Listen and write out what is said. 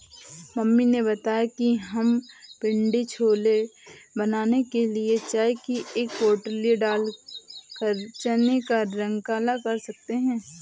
mummy ने बताया कि हम पिण्डी छोले बनाने के लिए चाय की एक पोटली डालकर चने का रंग काला कर सकते हैं